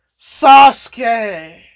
Sasuke